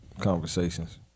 Conversations